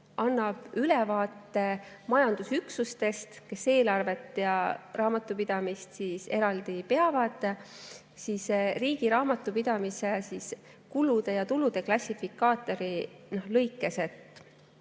annab ülevaate majandusüksustest, kes eelarvet ja raamatupidamist eraldi peavad riigi raamatupidamise kulude ja tulude klassifikaatori lõikes.